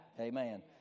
Amen